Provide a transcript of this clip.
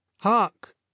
hark